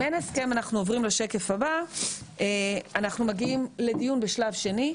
אם אין הסכם אנחנו מגיעים לדיון בשלב שני,